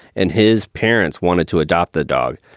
and his parents wanted to adopt the dog.